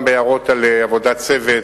גם בהערות על עבודת צוות,